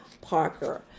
Parker